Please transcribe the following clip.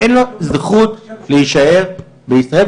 אין לו זכות להישאר בישראל,